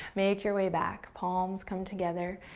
make your way back. palms come together,